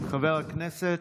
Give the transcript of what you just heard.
חבר הכנסת,